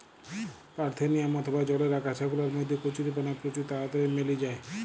parthenium অথবা জলের আগাছা গুলার মধ্যে কচুরিপানা প্রচুর তাড়াতাড়ি মেলি যায়